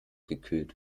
gekühlt